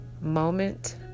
moment